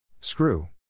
Screw